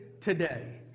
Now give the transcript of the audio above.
today